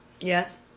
yes